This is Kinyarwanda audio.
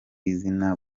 izina